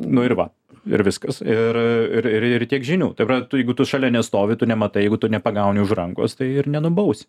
nu ir va ir viskas ir ir ir tiek žinių tai va tu jeigu tu šalia nestovi tu nematai jeigu tu nepagauni už rankos tai ir nenubausi